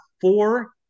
four